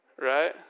Right